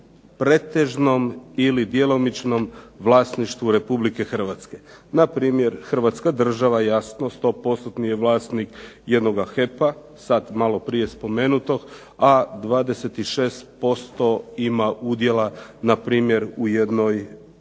pretežnom ili djelomičnom vlasništvu Republike Hrvatske. Na primjer, Hrvatska država jasno sto postotni je vlasnik jednoga HEP-a sad malo prije spomenutog, a 26% ima udjela na primjer u jednoj